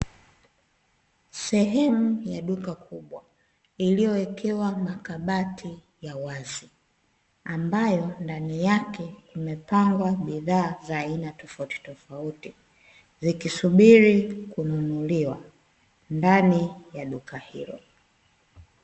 Sehemu ya duka kubwa iliyowekewa makabati ya wazi, ambayo ndani yake imepangwa bidhaa za aina tofauti tofauti zikisubiri kununuliwa ndani ya duka hilo.